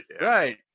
Right